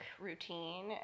routine